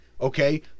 okay